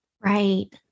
Right